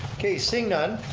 okay, seeing none,